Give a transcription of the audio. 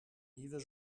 nieuwe